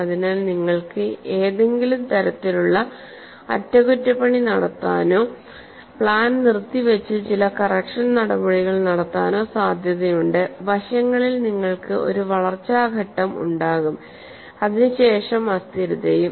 അതിനാൽ നിങ്ങൾക്ക് എന്തെങ്കിലും തരത്തിലുള്ള അറ്റകുറ്റപ്പണി നടത്താനോ പ്ലാൻ നിർത്തി വച്ച് ചില കറക്ഷൻ നടപടികൾ നടത്താനോ സാധ്യതയുണ്ട് വശങ്ങളിൽ നിങ്ങൾക്ക് ഒരു വളർച്ചാ ഘട്ടം ഉണ്ടാകും അതിനുശേഷം അസ്ഥിരതയും